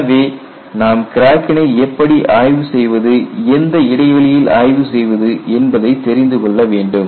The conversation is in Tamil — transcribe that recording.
எனவே நாம் கிராக்கினை எப்படி ஆய்வு செய்வது எந்த இடைவெளியில் ஆய்வு செய்வது என்பதை தெரிந்து கொள்ள வேண்டும்